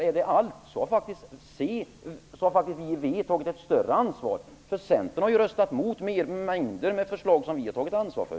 I så fall har faktiskt vi i Vänsterpartiet tagit ett större ansvar, för Centern har ju röstat emot mängder av förslag som vi har tagit ansvar för.